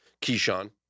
Keyshawn